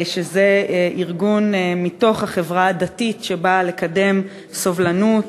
שזה ארגון מתוך החברה הדתית שבא לקדם סובלנות